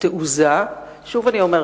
כלכלי עולמי.